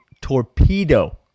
torpedo